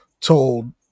told